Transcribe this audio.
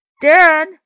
Dad